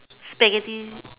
Spaghetti